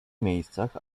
miejscach